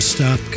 Stop